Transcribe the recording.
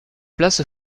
place